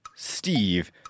Steve